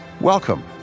Welcome